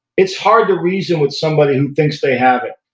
it's hard to reason with somebody who thinks they have it.